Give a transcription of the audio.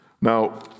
Now